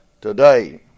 today